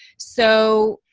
so